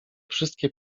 wszystkie